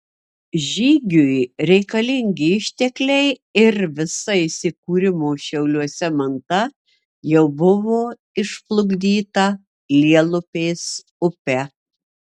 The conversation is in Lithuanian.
žygiui reikalingi ištekliai ir visa įsikūrimo šiauliuose manta jau buvo išplukdyta lielupės upe